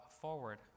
forward